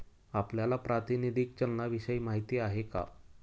आपल्याला प्रातिनिधिक चलनाविषयी माहिती आहे का?